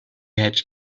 had